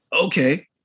okay